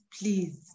please